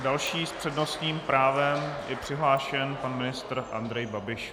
Další s přednostním právem je přihlášen pan ministr Andrej Babiš.